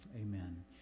amen